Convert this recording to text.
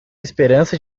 esperança